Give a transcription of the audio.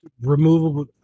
removable